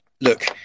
look